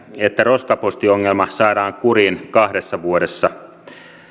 että roskapostiongelma saadaan kuriin kahdessa vuodessa